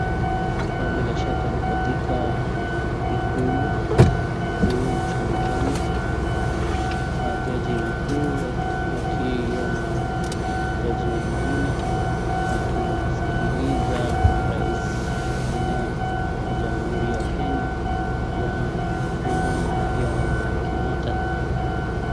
Hapa bila shaka ni katika ikulu kuu nchini kenya. Jaji mkuu akiwa na jaji wengine, wakimsikiliza Rais wa nne wa jamuhuri ya Kenya, Bw. Uhuru Muigai Kenyatta.